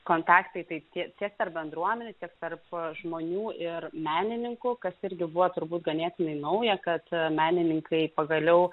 kontaktai tai tie tiek tarp bendruomenių tiek tarp žmonių ir menininkų kas irgi buvo turbūt ganėtinai nauja kad menininkai pagaliau